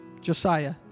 Josiah